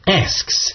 asks